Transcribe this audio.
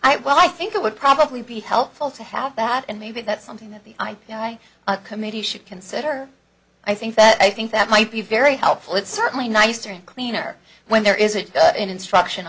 i well i think it would probably be helpful to have that and maybe that's something that the you know my committee should consider i think that i think that might be very helpful it's certainly nicer and cleaner when there is an instruction